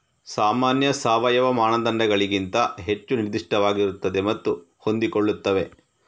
ಸಾಮಾನ್ಯ ಸಾವಯವ ಮಾನದಂಡಗಳಿಗಿಂತ ಹೆಚ್ಚು ನಿರ್ದಿಷ್ಟವಾಗಿರುತ್ತವೆ ಮತ್ತು ಹೊಂದಿಕೊಳ್ಳುತ್ತವೆ